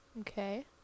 Okay